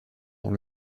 dans